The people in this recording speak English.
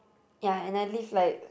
ya and I leave like